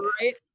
right